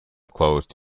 closed